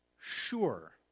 sure